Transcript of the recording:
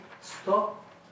stop